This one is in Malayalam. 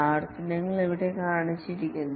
ആവർത്തനങ്ങൾ ഇവിടെ കാണിച്ചിരിക്കുന്നു